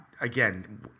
again